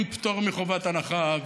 עם פטור מחובת הנחה,